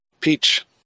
peach